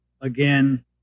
again